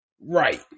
Right